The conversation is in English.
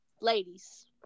Ladies